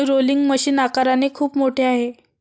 rolling machine आकाराने खूप मोठे आहे